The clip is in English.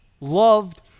loved